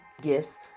gifts